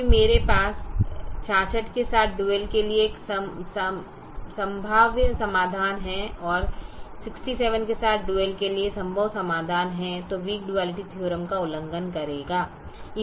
फिर मेरे पास 66 के साथ डुअल के लिए एक संभाव्य समाधान है और 67 के साथ डुअल के लिए संभव समाधान है जो वीक डुआलिटी थीओरम का उल्लंघन करेगा